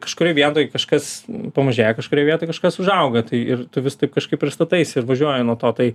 kažkurioj vietoj kažkas pamažėja kažkurioj vietoj kažkas užauga tai ir tu vis taip kažkaip ir stataisi ir važiuoji nuo to tai